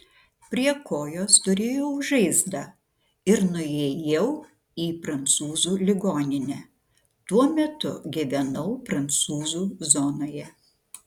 prie kojos turėjau žaizdą ir nuėjau į prancūzų ligoninę tuo metu gyvenau prancūzų zonoje